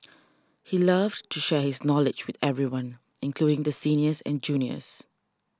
he loved to share his knowledge with everyone including the seniors and juniors